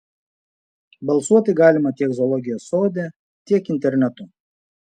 balsuoti galima tiek zoologijos sode tiek internetu